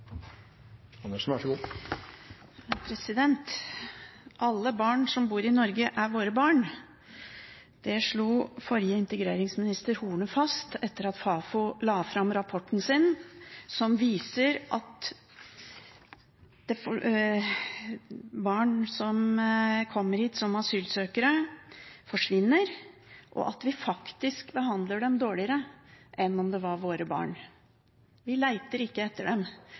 i Norge, er «våre barn»», slo forrige integreringsminister, Horne, fast etter at Fafo la fram rapporten som viser at barn som kommer hit som asylsøkere, forsvinner, og at vi faktisk behandler dem dårligere enn om det var våre barn. Vi leter ikke etter dem.